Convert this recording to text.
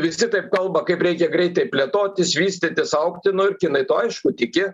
visi taip kalba kaip reikia greitai plėtotis vystytis augti nu ir kinai tuo aišku tiki